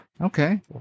Okay